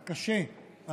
הקשה,